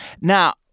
Now